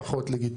יש פה דיון לאומי,